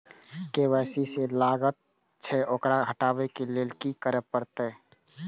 KYC जे लागल छै ओकरा हटाबै के लैल की सब आने परतै?